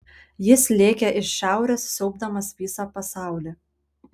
jis lėkė iš šiaurės siaubdamas visą pasaulį